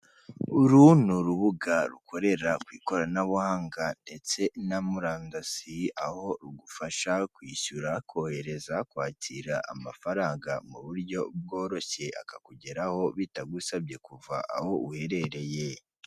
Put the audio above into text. Uru ni urubuga rukorera ku ikoranabuhanga ndetse na murandasi, aho rugufasha kwishyura, kohereza, kwakira amafaranga mu buryo bworoshye, akakugeraho bitagusabye kuva aho uherereye.